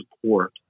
support